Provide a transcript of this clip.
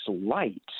light